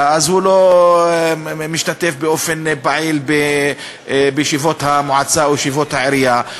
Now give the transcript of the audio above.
לא משתתף באופן פעיל בישיבות המועצה או בישיבות העירייה.